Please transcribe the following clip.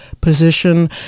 position